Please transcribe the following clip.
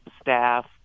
staff